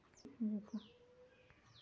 छोला मटर में लगे कीट को नियंत्रण कैसे करें?